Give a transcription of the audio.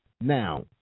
Now